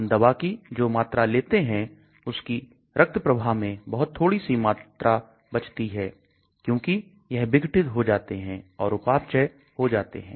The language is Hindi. हम दवा की जो मात्रा लेते हैं उसकी रक्त प्रवाह में बहुत थोड़ी सी मात्रा बचती है क्योंकि यह विघटित हो जाते हैं और उपापचय हो जाते हैं